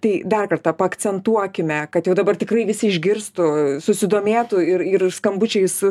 tai dar kartą paakcentuokime kad jau dabar tikrai visi išgirstų susidomėtų ir ir skambučiais